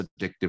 addictive